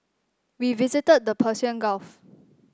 we visited the Persian Gulf